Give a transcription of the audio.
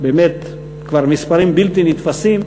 באמת כבר מספרים בלתי נתפסים,